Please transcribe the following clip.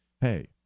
hey